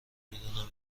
میدونم